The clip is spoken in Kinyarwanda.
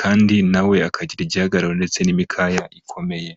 kandi na we akagira igihagararo ndetse n'imikaya ikomeye.